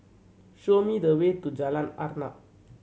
show me the way to Jalan Arnap